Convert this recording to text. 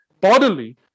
bodily